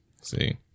see